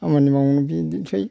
खामानि माव बिदिनोसै